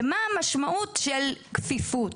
ומה המשמעות של כפיפות?